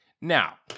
Now